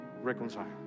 reconcile